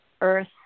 earth